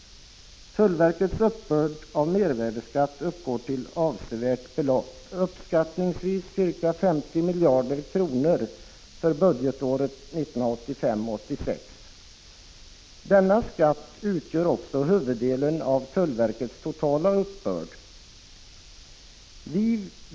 Tullverkets uppbörd av mervärdeskatt uppgår till ett avsevärt belopp, uppskattningsvis ca 50 miljarder kronor för budgetåret 1985/86. Denna skatt utgör också huvuddelen av tullverkets totala uppbörd.